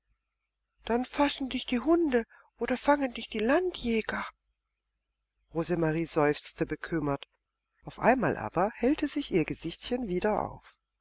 dann fassen dich die hunde oder fangen dich die landjäger rosemarie seufzte bekümmert auf einmal aber hellte sich ihr gesichtchen auf